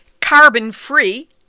carbon-free